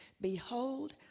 Behold